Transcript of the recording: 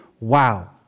wow